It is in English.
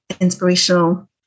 inspirational